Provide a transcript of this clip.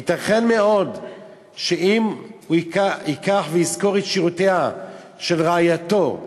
ייתכן מאוד שאם הוא ייקח וישכור את שירותיה של רעייתו,